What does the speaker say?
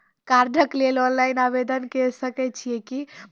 कार्डक लेल ऑनलाइन आवेदन के सकै छियै की?